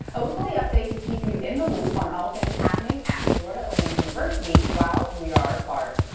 a weekly update to keep you in the loop on all things happening at florida atlantic university while we are apart.